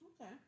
Okay